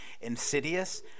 Insidious